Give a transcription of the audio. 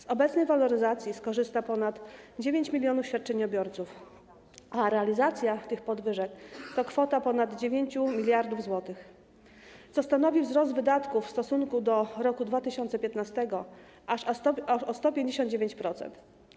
Z obecnej waloryzacji skorzysta ponad 9 mln świadczeniobiorców, a realizacja tych podwyżek to kwota ponad 9 mld zł, co stanowi wzrost wydatków w stosunku do roku 2015 aż o 159%.